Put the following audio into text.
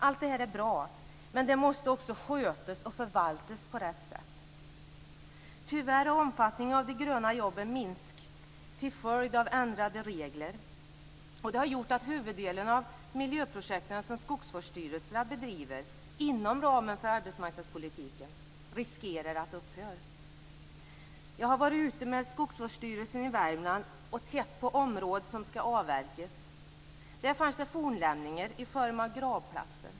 Allt det här är bra. Men det måste också skötas och förvaltas på rätt sätt. Tyvärr har omfattningen av de gröna jobben minskat till följd av ändrade regler. Det har gjort att huvuddelen av de miljöprojekt som skogsvårdsstyrelserna bedriver inom ramen för arbetsmarknadspolitiken riskerar att upphöra. Jag har varit ute med Skogsvårdsstyrelsen i Värmland och tittat på områden som ska avverkas. Där fanns det fornlämningar i form av gravplatser.